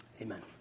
Amen